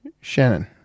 Shannon